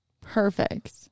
Perfect